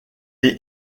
est